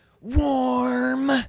Warm